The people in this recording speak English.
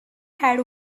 had